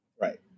Right